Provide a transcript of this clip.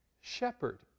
shepherd